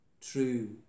true